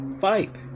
fight